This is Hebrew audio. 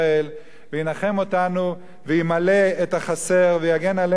וינחם אותנו וימלא את החסר ויגן עלינו,